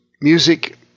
music